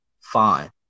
fine